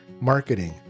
marketing